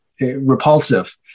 repulsive